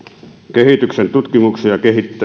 kehityksen tutkimukseen